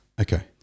okay